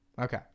Okay